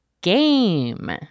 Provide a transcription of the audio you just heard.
game